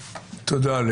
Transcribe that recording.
תודה.